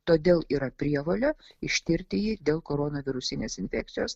todėl yra prievolė ištirti jį dėl koronavirusinės infekcijos